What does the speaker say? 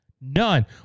none